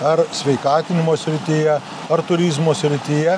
ar sveikatinimo srityje ar turizmo srityje